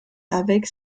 avec